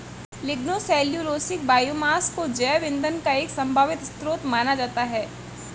lignocellulosic biomass को जैव ईंधन का एक संभावित स्रोत माना जाता है